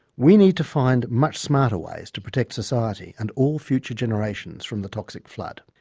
we need to find much smarter ways to protect society and all future generations from the toxic flood.